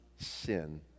Sin